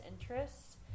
interests